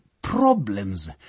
problems